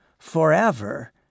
forever